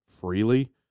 freely